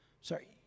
Sorry